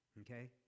okay